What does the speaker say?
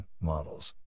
models